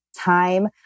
time